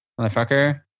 motherfucker